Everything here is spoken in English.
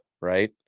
right